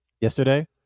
yesterday